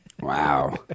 Wow